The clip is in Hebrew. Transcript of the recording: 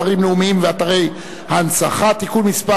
אתרים לאומיים ואתרי הנצחה (תיקון מס'